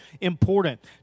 important